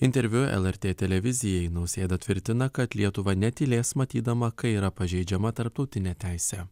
interviu lrt televizijai nausėda tvirtina kad lietuva netylės matydama kai yra pažeidžiama tarptautinė teisė